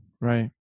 Right